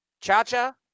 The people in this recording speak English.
Cha-cha